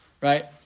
Right